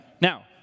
Now